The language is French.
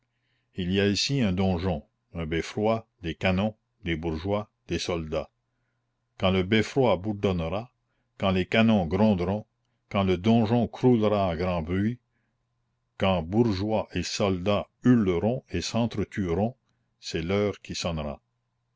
il y a ici un donjon un beffroi des canons des bourgeois des soldats quand le beffroi bourdonnera quand les canons gronderont quand le donjon croulera à grand bruit quand bourgeois et soldats hurleront et sentre tueront c'est l'heure qui sonnera